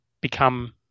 become